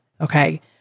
Okay